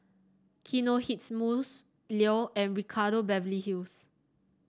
Kinohimitsu Leo and Ricardo Beverly Hills